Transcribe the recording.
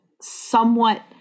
somewhat